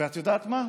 ואת יודעת מה?